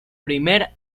primer